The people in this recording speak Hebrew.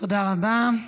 תודה רבה.